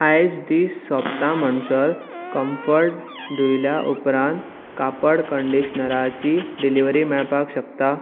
आयज दीस सोंपता म्हणसर कम्फर्ट धुयल्या उपरांत कापड कन्डिशनराची डिलिवरी मेळपाक शकता